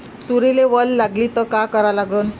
तुरीले वल लागली त का करा लागन?